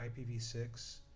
IPv6